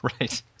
right